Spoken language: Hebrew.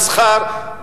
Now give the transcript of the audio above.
מסחר,